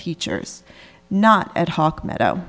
teachers not at hawk meadow